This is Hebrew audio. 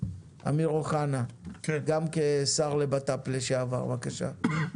אמיר אוחנה, גם כשר לבט"פ לשעבר, בבקשה.